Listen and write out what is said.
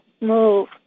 move